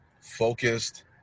focused